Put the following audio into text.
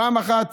פעם אחת